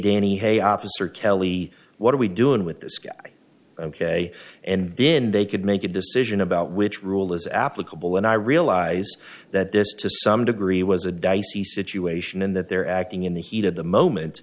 danny hey officer kelly what are we doing with this guy ok and then they could make a decision about which rule is applicable and i realize that this to some degree was a dicey situation in that they're acting in the heat of the moment